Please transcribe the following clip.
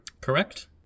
Correct